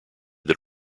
that